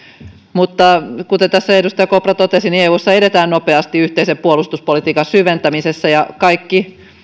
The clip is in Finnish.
mutta kuten edustaja kopra totesi eussa edetään nopeasti yhteisen puolustuspolitiikan syventämisessä ja kaikki